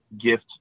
gift